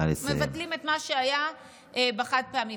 מבטלים את מה שהיה בחד-פעמי.